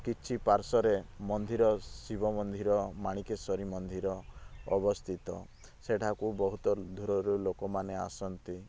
କିଛି ପାର୍ଶ୍ବ ରେ ମନ୍ଦିର ଶିବ ମନ୍ଦିର ମାଣିକେଶ୍ବରୀ ମନ୍ଦିର ଅବସ୍ଥିତ ସେଠାକୁ ବହୁତ ଦୂରରୁ ଲୋକମାନେ ଆସନ୍ତି